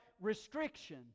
restriction